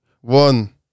one